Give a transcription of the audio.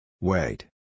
Wait